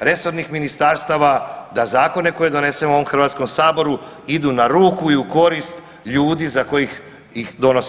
resornih ministarstava da zakone koje donesemo u ovom Hrvatskom saboru idu na ruku i u korist ljudi za koje ih donosimo.